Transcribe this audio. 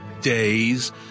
days